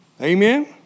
Amen